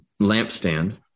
lampstand